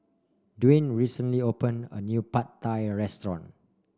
Dwaine recently open a new Pad Thai restaurant